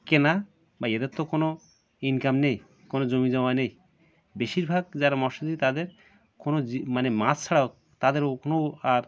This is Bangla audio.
কেনা বা এদের তো কোনো ইনকাম নেই কোনো জমিজমা নেই বেশিরভাগ যারা মৎস্যজীবী তাদের কোনো মানে মাছ ছাড়া তাদেরও কোনও আর